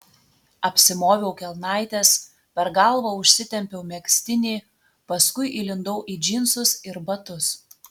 apsimoviau kelnaites per galvą užsitempiau megztinį paskui įlindau į džinsus ir batus